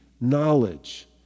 knowledge